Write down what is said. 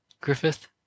Griffith